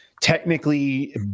technically